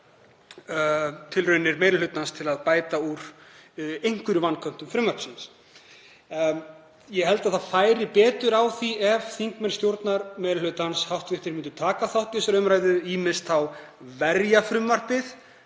tilraunir meiri hlutans til að bæta úr einhverjum vanköntum frumvarpsins. Ég held að það færi betur á því ef hv. þingmenn stjórnarmeirihlutans myndu taka þátt í þessari umræðu, ýmist til að verja frumvarpið,